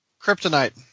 Kryptonite